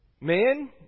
Men